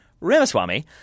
Ramaswamy